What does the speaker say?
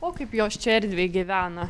o kaip jos čia erdviai gyvena